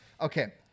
Okay